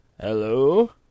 Hello